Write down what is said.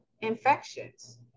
infections